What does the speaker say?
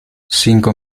cinco